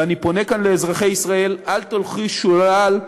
ואני פונה כאן לאזרחי ישראל: אל תלכו שולל,